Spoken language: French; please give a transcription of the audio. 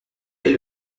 est